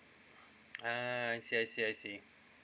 ah I see I see I see